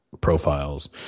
profiles